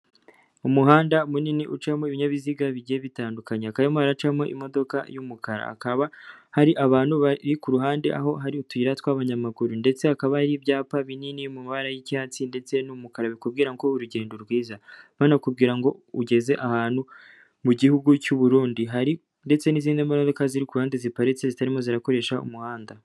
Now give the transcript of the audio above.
Umuhanda munini ucamo ibinyabiziga bigiye bitandukanye. Hakaba harimo haracamo imodoka y'umukara. Hakaba hari abantu bari ku ruhande aho hari utuyira tw'abanyamaguru. Ndetse hakaba hari ibyapa binini mu mabara y'icyatsi ndetse n'umukara. Bikubwira ngo urugendo rwiza, banakubwira ngo ugeze ahantu mu Gihugu cy'u Burundi. Hari ndetse n'izindi modoka ziri ku hande ziparitse zitarimo zirakoresha umuhanda.